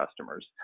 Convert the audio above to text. customers